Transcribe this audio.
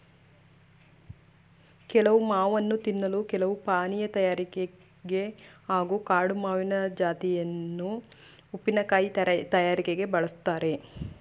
ಕೆಲವು ಮಾವನ್ನು ತಿನ್ನಲು ಕೆಲವು ಪಾನೀಯ ತಯಾರಿಕೆಗೆ ಹಾಗೂ ಕಾಡು ಮಾವಿನ ಜಾತಿಯನ್ನು ಉಪ್ಪಿನಕಾಯಿ ತಯಾರಿಕೆಗೆ ಬಳುಸ್ತಾರೆ